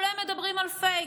אבל הם מדברים על פייק.